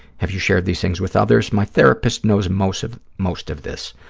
have you shared these things with others? my therapist knows most of most of this.